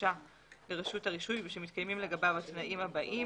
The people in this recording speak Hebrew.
הבקשה לרשות הרישוי ושמתקיימים לגביו התנאים הבאים,